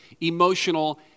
emotional